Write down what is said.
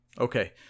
Okay